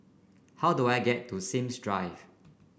how do I get to Sims Drive